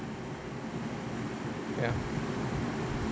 ya